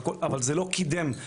אבל זה לא קידם.